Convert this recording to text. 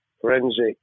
forensic